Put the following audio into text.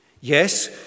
Yes